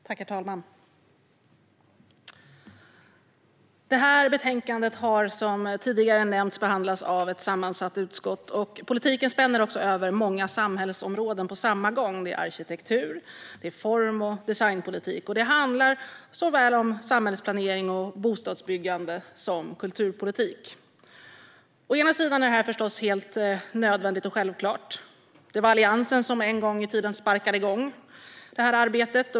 Herr talman! Detta betänkande har, som tidigare nämnts, behandlats av ett sammansatt utskott. Politiken spänner också över många samhällsområden på samma gång: arkitektur, form och design. Det handlar såväl om samhällsplanering och bostadsbyggande som om kulturpolitik. Å ena sidan är detta förstås helt nödvändigt och självklart. Det var Alliansen som en gång i tiden sparkade igång detta arbete.